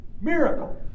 miracle